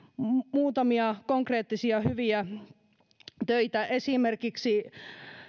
muutamia konkreettisia hyviä töitä esimerkiksi